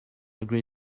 agree